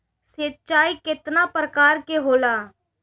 सिंचाई केतना प्रकार के होला?